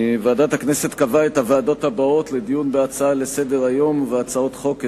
ועדת הכנסת קבעה את הוועדות הבאות לדיון בהצעה לסדר-היום ובהצעות חוק,